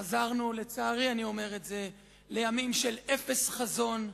חזרנו, לצערי אני אומר את זה, לימים של אפס חזון,